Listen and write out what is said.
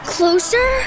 Closer